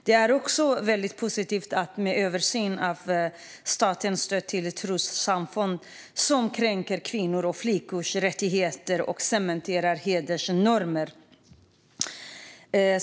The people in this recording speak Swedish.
Det är också väldigt positivt med en översyn av statens stöd till trossamfund som kränker kvinnors och flickors rättigheter och cementerar hedersnormer.